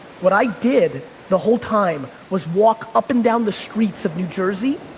what i did the whole time was walk up and down the streets of new jersey,